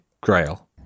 grail